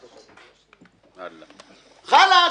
חלאס.